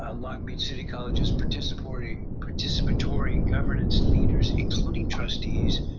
ah long beach city college's participatory participatory governance leaders, including trustees,